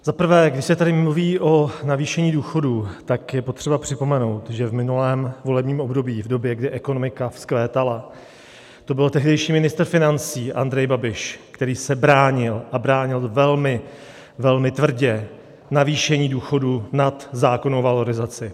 Za prvé, když se tady mluví o navýšení důchodů, tak je potřeba připomenout, že v minulém volebním období, v době, kdy ekonomika vzkvétala, to byl tehdejší ministr financí Andrej Babiš, který se bránil, a bránil velmi, velmi tvrdě, navýšení důchodů nad zákonnou valorizaci.